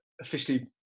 officially